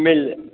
मिल